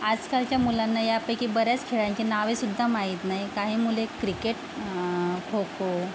आजकालच्या मुलांना यापैकी बऱ्याच खेळांची नावेसु्द्धा माहीत नाही काही मुले क्रिकेट खो खो